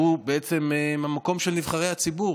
שהוא בעצם המקום של נבחרי הציבור,